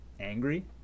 Angry